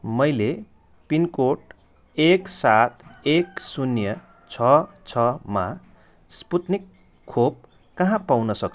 मैले पिनकोड एक सात एक शून्य छ छमा स्पुत्निक खोप कहाँ पाउन सक्छु